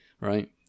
right